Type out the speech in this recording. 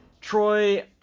Troy